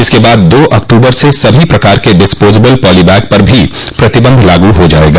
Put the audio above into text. इसके बाद दो अक्टूबर से सभी प्रकार के डिस्पोजबल पॉलि बैग पर भी प्रतिबंध लागू हो जायेगा